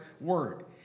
word